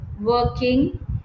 working